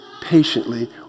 patiently